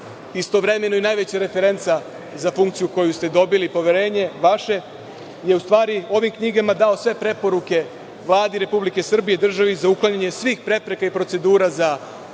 istovremeno i najveća referenca za funkciju za koju ste dobili poverenje, u stvari je ovim knjigama dao sve preporuke Vladi Republike Srbije, državi za uklanjanje svih prepreka i procedura za rast